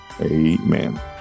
amen